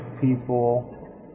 people